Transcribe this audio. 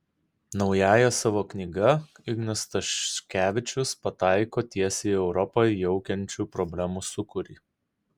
naująja savo knyga ignas staškevičius pataiko tiesiai į europą jaukiančių problemų sūkurį